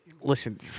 listen